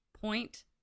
Point